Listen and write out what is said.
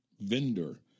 vendor